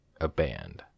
Aband